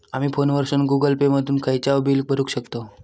आमी फोनवरसून Google pay मधून खयचाव बिल भरुक शकतव